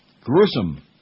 Gruesome